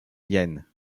vienne